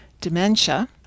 dementia